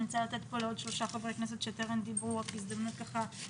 אני רוצה לתת לעוד שלושה חברי כנסת שטרם דיברו הזדמנות להגיב